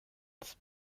des